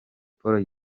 paul